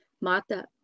mata